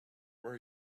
where